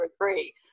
agree